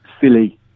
silly